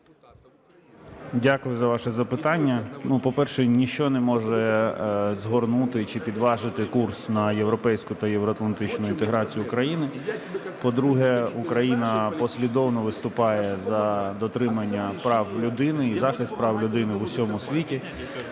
Дякую за ваше запитання. По-перше, ніщо не може згорнути чи підважити курс на європейську та євроатлантичну інтеграцію України. По-друге, Україна послідовно виступає за дотримання прав людини і захист прав людини в усьому світі.